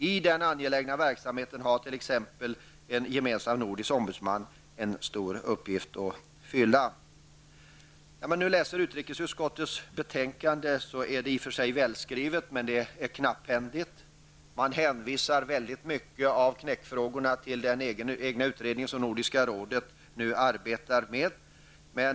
I denna angelägna verksamhet har t.ex. en gemensam nordisk ombudsman en stor uppgift att fylla. När man läser utrikesutskottets betänkande ser man att det är välskrivet men knapphändigt. Man hänvisar många av knäckfrågorna till den utredning som Nordiska rådet nu arbetar med.